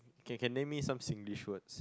okay can lend me some Singlish words